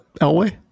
Elway